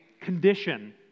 condition